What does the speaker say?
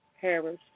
Harris